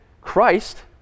Christ